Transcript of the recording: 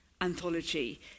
anthology